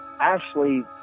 Ashley